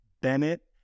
Bennett